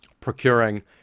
procuring